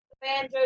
banjo